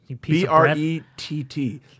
B-R-E-T-T